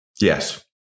Yes